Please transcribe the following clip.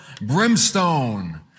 Brimstone